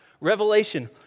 Revelation